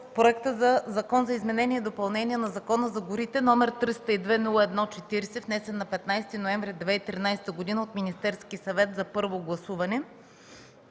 Законопроект за изменение и допълнение на Закона за горите, № 302-01-40, внесен на 15 ноември 2013 г. от Министерския съвет за първо гласуване